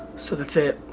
so that's it.